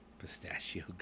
pistachio